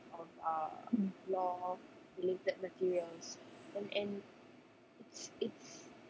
mm